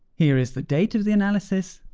here is the date of the analysis,